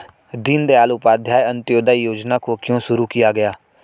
दीनदयाल उपाध्याय अंत्योदय योजना को क्यों शुरू किया गया?